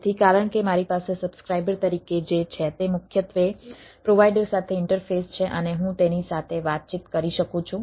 તેથી કારણ કે મારી પાસે સબ્સ્ક્રાઇબર તરીકે જે છે તે મુખ્યત્વે પ્રોવાઈડર સાથે ઇન્ટરફેસ છે અને હું તેની સાથે વાતચીત કરી શકું છું